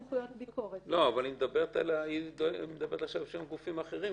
--- היא מדברת על הגופים האחרים,